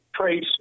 trace